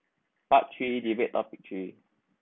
part three debate topic three